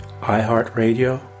iHeartRadio